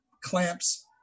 clamps